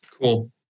Cool